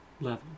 level